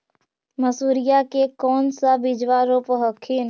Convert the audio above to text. मसुरिया के कौन सा बिजबा रोप हखिन?